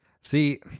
See